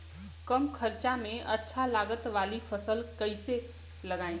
कम खर्चा में अच्छा लागत वाली फसल कैसे उगाई?